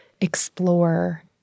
explore